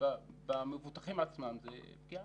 במבוטחים עצמם זה פגיעה.